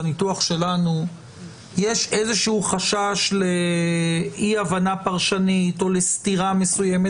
אם בניתוח שנו יש איזשהו חשש לאי הבנה פרשנית או לסתירה מסוימת,